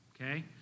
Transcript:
Okay